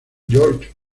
george